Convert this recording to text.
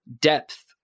depth